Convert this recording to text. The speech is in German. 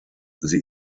sie